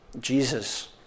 Jesus